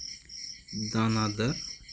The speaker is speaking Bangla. দানাদার